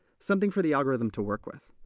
something for the algorithm to work with.